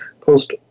post